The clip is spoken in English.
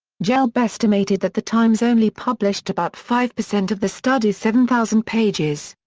gelb estimated that the times only published about five percent of the study's seven thousand pages.